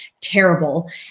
terrible